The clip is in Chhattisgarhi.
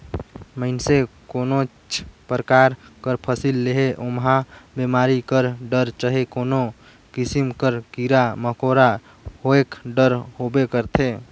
मइनसे कोनोच परकार कर फसिल लेहे ओम्हां बेमारी कर डर चहे कोनो किसिम कर कीरा मकोरा होएक डर होबे करथे